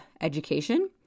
education